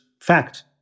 fact